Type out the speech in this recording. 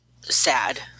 sad